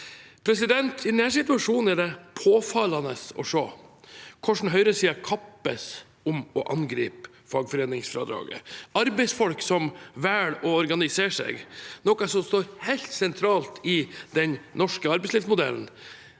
reduseres. I denne situasjonen er det påfallende å se hvordan høyresiden kappes om å angripe fagforeningsfradraget. Arbeidsfolk som velger å organisere seg, noe som står helt sentralt i den norske arbeidslivsmodellen,